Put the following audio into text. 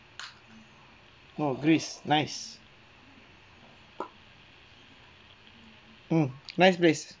oh greece nice mm nice place